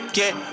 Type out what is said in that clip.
Get